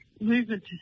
movement